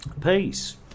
Peace